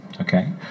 Okay